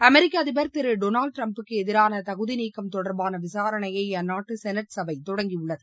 அமெரிக்க அதிபர் திரு Donald Trump க்கு எதிரான தசூதி நீக்கம் தொடர்பான விசாரணையை அந்நாட்டு செனட் சபை தொடங்கியுள்ளது